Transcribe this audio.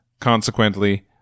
consequently